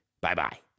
Bye-bye